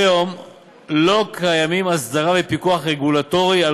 כיום לא קיימים הסדרה ופיקוח רגולטורי על